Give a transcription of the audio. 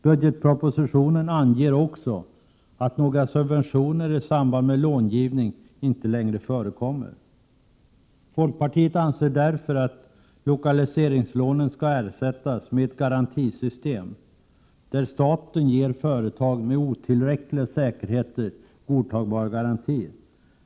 Budgetpropositionen anger också att några subven 26 maj 1988 tioner i samband med långivning inte längre förekommer. Folkpartiet anser därför att lokaliseringslånen skall ersättas med ett garantisystem där staten ger företag med otillräckliga säkerheter godtagbar garanti.